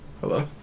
Hello